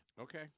Okay